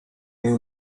you